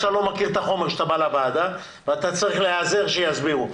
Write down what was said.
שאתה לא מכיר את החומר כשאתה בא לוועדה ואתה צריך להיעזר שיסבירו.